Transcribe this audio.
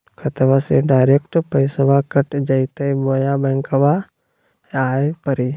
खाताबा से डायरेक्ट पैसबा कट जयते बोया बंकबा आए परी?